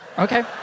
Okay